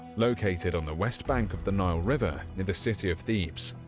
located on the west bank of the nile river near the city of thebes.